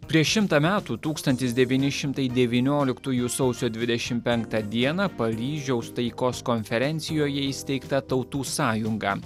prieš šimtą metų tūkstantis devyni šimtai devynioliktųjų sausio dvidešim penktą dieną paryžiaus taikos konferencijoje įsteigta tautų sąjunga